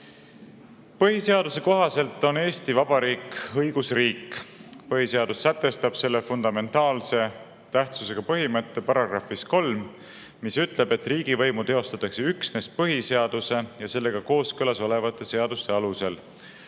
tagasi. Põhiseaduse kohaselt on Eesti Vabariik õigusriik. Põhiseadus sätestab selle fundamentaalse tähtsusega põhimõtte §-s 3, mis ütleb, et riigivõimu teostatakse üksnes põhiseaduse ja sellega kooskõlas olevate seaduste alusel.